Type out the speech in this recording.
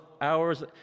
hours